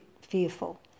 fearful